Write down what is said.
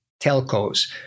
telcos